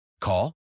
Call